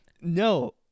No